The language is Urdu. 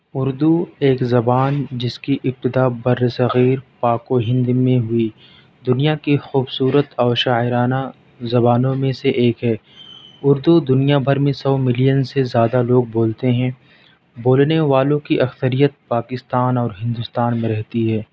اردو ایک زبان جس کی ابتدا بر صغیر پاک و ہند میں ہوئی دنیا کی خوبصورت اور شاعرانہ زبانوں میں سے ایک ہے اردو دنیا بھر میں سو ملین سے زیادہ لوگ بولتے ہیں بولنے والوں کی اکثریت پاکستان اور ہندوستان میں رہتی ہے